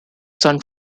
san